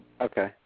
Okay